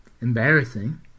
embarrassing